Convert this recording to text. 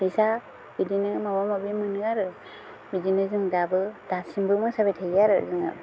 फैसा बिदिनो माबा माबि मोनो आरो बिदिनो जों दाबो दा दासिमबो मोसाबाय थायो आरो जोङो